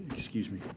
excuse me.